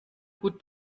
gut